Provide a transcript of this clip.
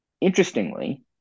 interestingly